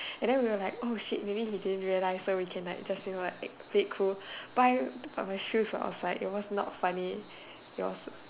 and then we were like oh shit maybe he didn't realise so we can like just you know like act play it cool but then my shoes were outside so it was like not funny it was